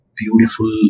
beautiful